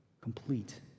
complete